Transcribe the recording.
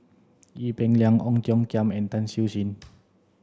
Ee Peng Liang Ong Tiong Khiam and Tan Siew Sin